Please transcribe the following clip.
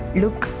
look